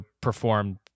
performed